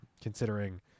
considering